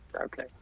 okay